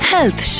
Health